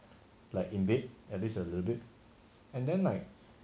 like in bed at least a little bit and then like